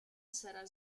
sarà